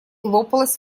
лопалась